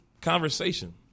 conversation